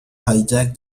hijack